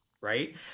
right